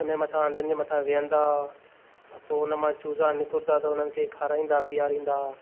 उनजे मथां अंडनि जे मथां वेहंदा पोइ उन मां चूज़ा निकिरंदा त उन्हनि खे खाराईंदा पीआरींदा